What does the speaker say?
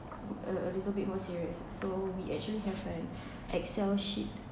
uh a little bit more serious so we actually have an excel sheet